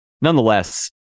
nonetheless